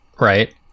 Right